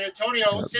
Antonio